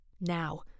Now